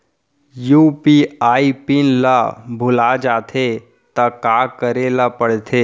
UPI PIN ल भुला जाथे त का करे ल पढ़थे?